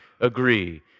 agree